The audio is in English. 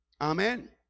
Amen